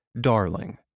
darling